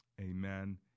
Amen